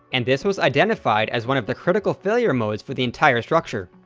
and this was identified as one of the critical failure modes for the entire structure.